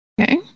Okay